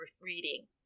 reading